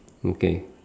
okay